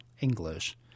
English